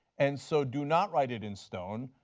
and so do not write it in stone.